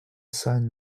sun